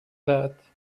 دهد